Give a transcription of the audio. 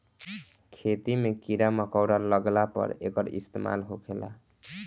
खेती मे कीड़ा मकौड़ा लगला पर एकर इस्तेमाल होखेला